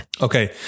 Okay